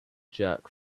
jerk